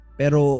pero